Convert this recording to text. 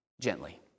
gently